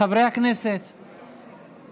אני רק מבקש מחברי הכנסת להשתדל להיצמד לדקה אחת.